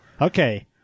Okay